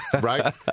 Right